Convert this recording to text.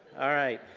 alright.